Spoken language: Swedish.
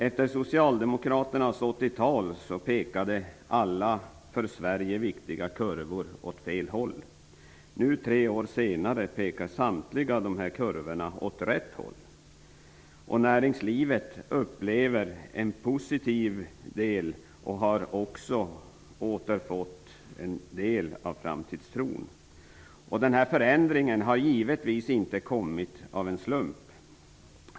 Efter Socialdemokraternas 80-tal pekade alla för Sverige viktiga kurvor åt fel håll. Nu, tre år senare, pekar samtliga kurvor åt rätt håll. Näringslivet upplever det som positivt och har också återfått en del av framtidstron. Denna förändring har givetvis inte skett av en slump.